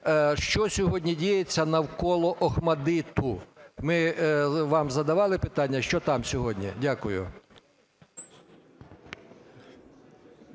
Що сьогодні діється навколо Охматдиту? Ми вам задавали питання, що там сьогодні? Дякую.